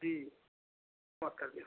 जी नमस्कार भैया